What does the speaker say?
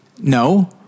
no